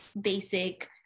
basic